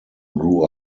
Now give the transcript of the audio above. grew